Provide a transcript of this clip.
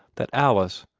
that alice,